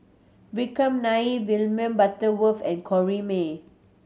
Vikram Nair William Butterworth and Corrinne May